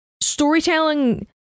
Storytelling